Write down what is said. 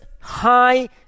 high